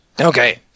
okay